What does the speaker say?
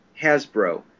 Hasbro